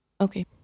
Okay